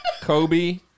Kobe